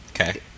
Okay